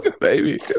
baby